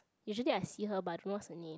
usually I see her but don't know what's her name